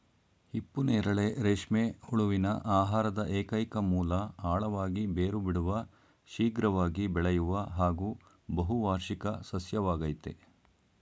ಹಿಪ್ಪುನೇರಳೆ ರೇಷ್ಮೆ ಹುಳುವಿನ ಆಹಾರದ ಏಕೈಕ ಮೂಲ ಆಳವಾಗಿ ಬೇರು ಬಿಡುವ ಶೀಘ್ರವಾಗಿ ಬೆಳೆಯುವ ಹಾಗೂ ಬಹುವಾರ್ಷಿಕ ಸಸ್ಯವಾಗಯ್ತೆ